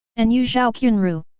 and you zhao qianru!